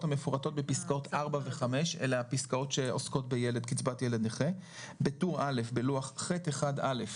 המפורטות בפסקאות 4 ו-5 בטור א' בלוח ח'1א,